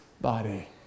body